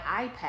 iPad